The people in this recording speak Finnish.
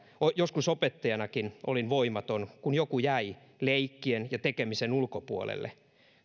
joskus opettajanakin olin voimaton kun joku jäi leikkien ja tekemisen ulkopuolelle